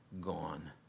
gone